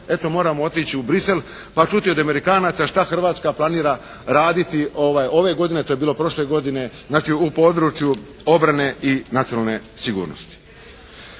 eto moramo otići u Bruxelles pa čuti od Amerikanaca šta Hrvatska planira raditi ove godine, to je bilo prošle godine, znači u području obrane i nacionalne sigurnosti.